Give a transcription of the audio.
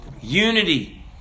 Unity